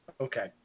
Okay